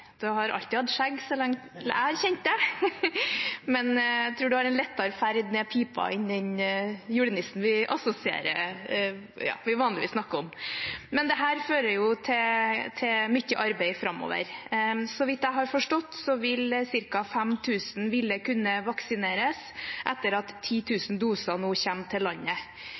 Du har alltid hatt skjegg, i alle fall så lenge jeg har kjent deg, men jeg tror du har en lettere ferd ned pipa enn det julenissen vi vanligvis snakker om, har! Dette fører til mye arbeid framover. Så vidt jeg har forstått det, vil ca. 5 000 kunne vaksineres etter at 10 000 doser nå kommer til landet.